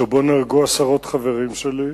שבו נהרגו עשרות חברים שלי,